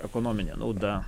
ekonominė nauda